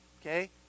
Okay